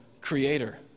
creator